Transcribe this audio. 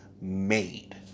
made